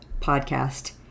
podcast